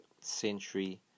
century